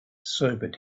sobered